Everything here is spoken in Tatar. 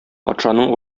патшаның